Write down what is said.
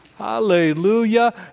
Hallelujah